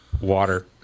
water